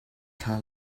thla